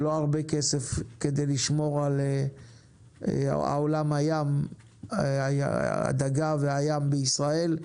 שזה לא הרבה כסף כדי לשמור על עולם הדגה והים בישראל,